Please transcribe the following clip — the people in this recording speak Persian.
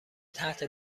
تحت